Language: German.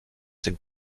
den